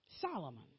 Solomon